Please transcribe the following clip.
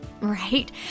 right